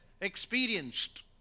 experienced